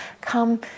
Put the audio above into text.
come